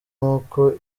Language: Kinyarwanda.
nkuko